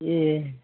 ए